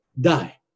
die